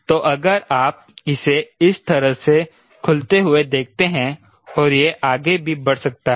तो अगर आप इसे इस तरह से खुलते हुए देखते हैं और यह आगे भी बढ़ सकता है